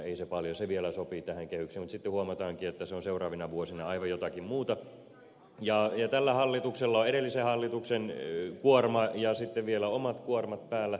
ei se ole paljon se vielä sopii tähän kehykseen mutta sitten huomataankin että se on seuraavina vuosina aivan jotakin muuta ja tällä hallituksella on edellisen hallituksen kuorma ja sitten vielä omat kuormat päällä